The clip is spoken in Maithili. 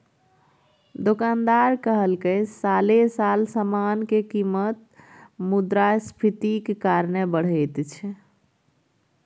दोकानदार कहलकै साले साल समान के कीमत मुद्रास्फीतिक कारणे बढ़ैत छै